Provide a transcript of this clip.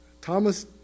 Thomas